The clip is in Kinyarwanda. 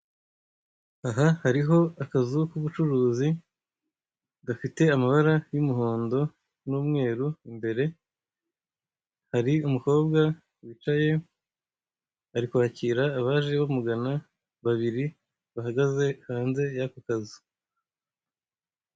Aha hariho akazu k'ubucuruzi gafite amabara y'umuhondo n'umweru imbere, hari umukobwa wicaye ari kwakira abaje bamugana babiri, bahagaze hanze y'aka kazu.